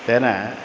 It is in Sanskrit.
तेन